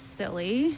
silly